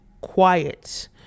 quiet